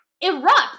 erupt